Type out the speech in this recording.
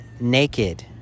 naked